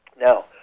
Now